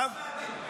לשכת עורכי הדין.